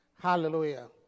Hallelujah